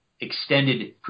extended